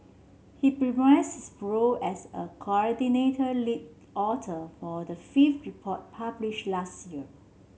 he reprised his role as a coordinated lead author for the fifth report publish last year